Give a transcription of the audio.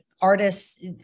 artists